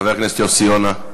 חבר הכנסת יוסי יונה,